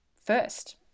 first